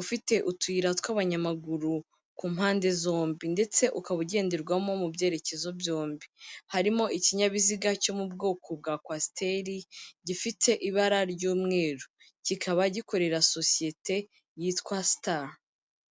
ufite utuyira tw'abanyamaguru ku mpande zombi ndetse ukaba ugenderwamo mu byerekezo byombi, harimo ikinyabiziga cyo mu bwoko bwa kwasiteri gifite ibara ry'umweru, kikaba gikorera sosiyete yitwa Sitari.